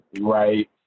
right